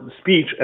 speech